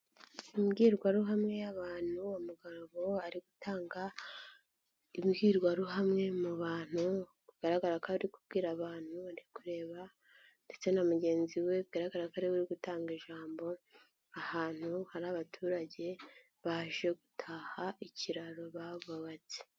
Imbwirwaruhame y'abantu, mugaraga ari gutanga imbwirwaruhame mu bantu bigaragara ko kubwira abantu bari kureba ndetse na mugenzi we bigaragara ko ariwe utanga ijambo ahantu hari abaturage baje gutaha ikiraro bahubatse.